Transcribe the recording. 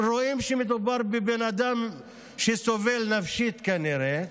רואים שמדובר בבן אדם שסובל נפשית, כנראה,